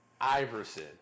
Iverson